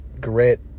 grit